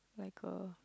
like a